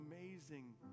amazing